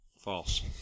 False